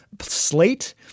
Slate